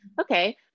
okay